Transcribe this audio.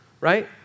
right